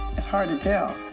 it's hard to tell.